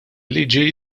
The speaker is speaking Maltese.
liġi